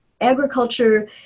agriculture